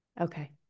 Okay